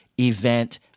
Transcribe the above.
event